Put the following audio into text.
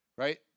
Right